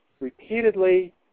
repeatedly